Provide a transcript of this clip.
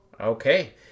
Okay